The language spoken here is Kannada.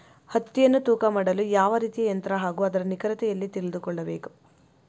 ಹತ್ತಿಯನ್ನು ತೂಕ ಮಾಡಲು ಯಾವ ರೀತಿಯ ಯಂತ್ರ ಹಾಗೂ ಅದರ ನಿಖರತೆ ಎಲ್ಲಿ ತಿಳಿದುಕೊಳ್ಳಬೇಕು?